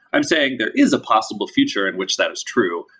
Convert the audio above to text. i'm saying there is a possible future in which that is true.